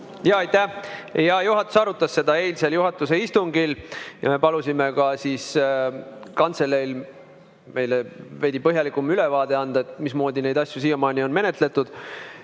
Jaa, juhatus arutas seda eilsel juhatuse istungil ja me palusime ka kantseleil meile veidi põhjalikum ülevaade anda, mismoodi neid asju siiamaani on menetletud.